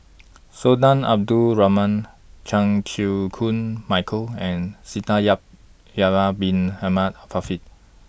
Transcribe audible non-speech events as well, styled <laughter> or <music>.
Sultan Abdul Rahman Chan Chew Koon Michael and <unintelligible> Yahya Bin Ahmed Afifi